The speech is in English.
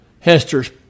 Hester's